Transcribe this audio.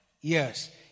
Yes